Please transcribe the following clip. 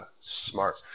smart